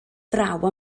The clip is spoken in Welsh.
draw